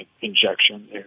injection